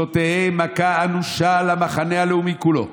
זו תהיה מכה אנושה למחנה הלאומי כולו.